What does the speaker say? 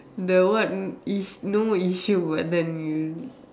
the what is no issue what then you